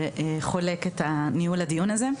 שחולק את ניהול הדיון הזה.